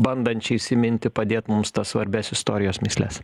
bandančiais įminti padėt mums tas svarbias istorijos mįsles